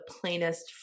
plainest